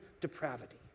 depravity